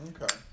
Okay